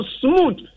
smooth